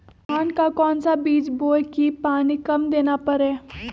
धान का कौन सा बीज बोय की पानी कम देना परे?